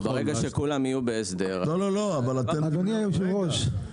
אבל ברגע שכולם יהיו בהסדר, גם אין תחרות.